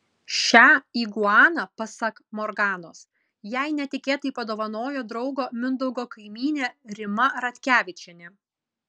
šią iguaną pasak morganos jai netikėtai padovanojo draugo mindaugo kaimynė rima ratkevičienė